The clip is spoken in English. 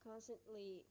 Constantly